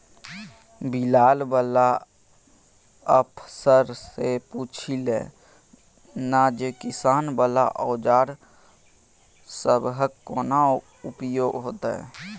Block बला अफसरसँ पुछि लए ना जे किसानी बला औजार सबहक कोना उपयोग हेतै?